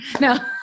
no